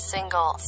Single